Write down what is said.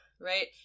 right